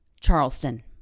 Charleston